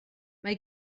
mae